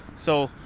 so,